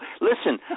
listen